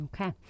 Okay